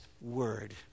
word